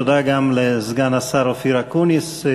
ותודה גם לסגן השר אופיר אקוניס.